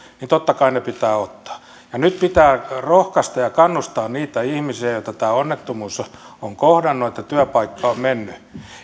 pitää ottaa nyt pitää rohkaista ja kannustaa niitä ihmisiä joita tämä onnettomuus on kohdannut se että työpaikka on mennyt